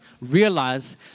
realize